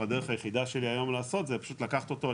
הדרך היחידה שלי היום לעשות זה לקחת אותו,